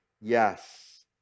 Yes